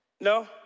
No